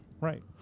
Right